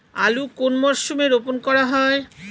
আলু কোন মরশুমে রোপণ করা হয়?